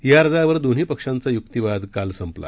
या अर्जावर दोन्ही पक्षांचा युक्तीवाद काल संपला